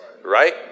Right